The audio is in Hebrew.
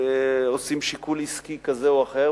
ועושים שיקול עסקי כזה או אחר,